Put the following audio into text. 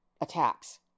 attacks